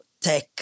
tech